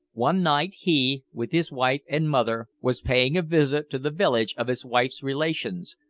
one night he, with his wife and mother, was paying a visit to the village of his wife's relations,